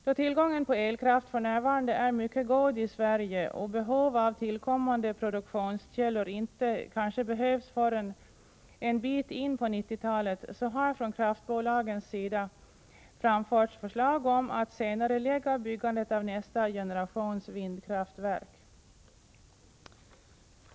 Då tillgången på elkraft för närvarande är mycket god i Sverige och behov av tillkommande produktionskällor kanske inte behövs förrän en bit in på 1990-talet, har från kraftbolagens sida framförts förslag om att senarelägga byggandet av nästa generations vindkraftverk.